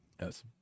Yes